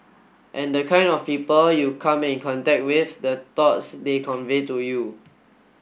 and the kind of people you come in contact with the thoughts they convey to you